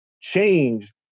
change